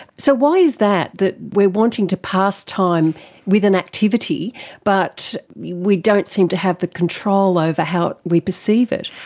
so why is that, that we are wanting to pass time with an activity but we don't seem to have the control over how we perceive it?